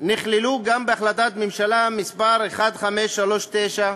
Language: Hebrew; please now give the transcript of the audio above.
נכללו גם בהחלטת הממשלה מס' 1539,